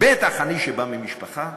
ובטח אני, שבא ממשפחה